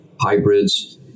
hybrids